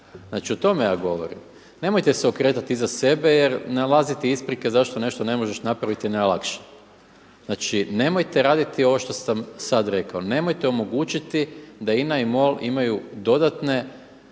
Znači o tome ja govorim. Nemojte se okretati iza sebe jer nalaziti isprike zašto nešto ne možeš napraviti je najlakše. Znači nemojte raditi ovo što sam sada rekao, nemojte omogućiti da INA i MOL imaju dodatne